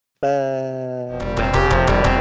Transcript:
Bye